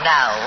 Now